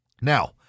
Now